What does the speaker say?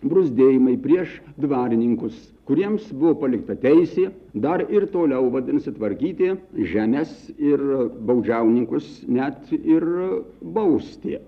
bruzdėjimai prieš dvarininkus kuriems buvo palikta teisė dar ir toliau vadinasi tvarkyti žemes ir baudžiauninkus net ir bausti